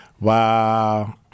Wow